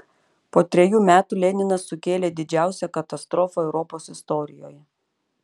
po trejų metų leninas sukėlė didžiausią katastrofą europos istorijoje